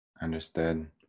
Understood